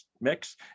mix